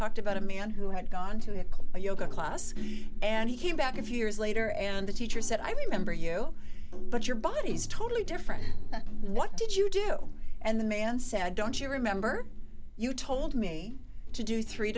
talked about a man who had gone to a yoga class and he came back a few years later and the teacher said i remember you but your body's totally different what did you do and the man said i don't you remember you told me to do three